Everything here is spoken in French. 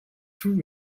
tout